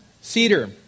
cedar